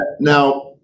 Now-